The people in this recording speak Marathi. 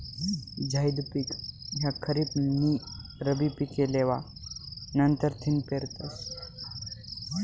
झैद पिक ह्या खरीप नी रब्बी पिके लेवा नंतरथिन पेरतस